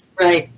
Right